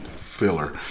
filler